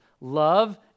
Love